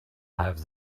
have